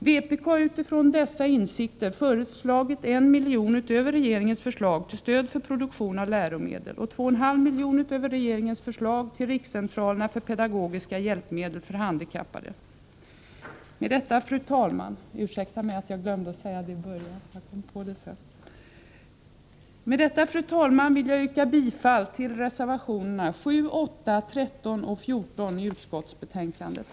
Vpk har utifrån dessa insikter föreslagit 1 miljon utöver regeringens förslag till stöd för produktion av läromedel och 2,5 miljoner utöver regeringens förslag till Rikscentralerna för pedagogiska hjälpmedel för handikappade. Med detta, fru talman, vill jag yrka bifall till reservationerna 7,8, 13 och 14 i utskottsbetänkandet.